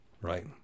right